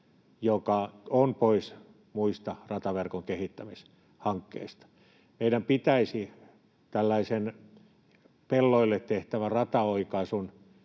joka on pois muista rataverkon kehittämishankkeista. Meidän pitäisi tällaisen pelloille tehtävän rataoikaisun